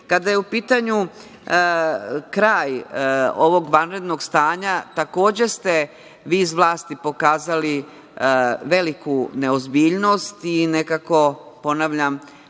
kada je u pitanju kraj ovog vanrednog stanja, takođe ste vi iz vlasti pokazali veliku neozbiljnost i nekako, ponavljam,